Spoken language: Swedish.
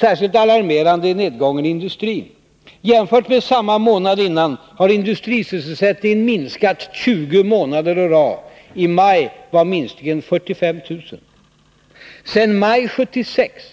Särskilt alarmerande är nedgången i industrin. Jämfört med samma månad året innan har industrisysselsättningen minskat 20 månader å rad. I maj var minskningen 45 000. Sedan maj 1976